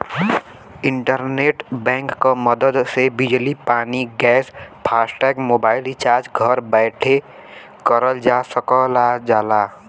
internet bank क मदद से बिजली पानी गैस फास्टैग मोबाइल रिचार्ज घर बैठे करल जा सकल जाला